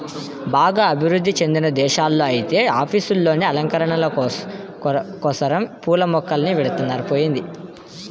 బాగా అభివృధ్ధి చెందిన దేశాల్లో ఐతే ఆఫీసుల్లోనే అలంకరణల కోసరం పూల మొక్కల్ని బెడతన్నారు